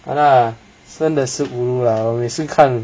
ya lah 真的是 ulu lah 我每次看